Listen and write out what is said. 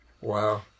wow